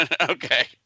Okay